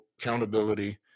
accountability